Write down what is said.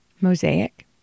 Mosaic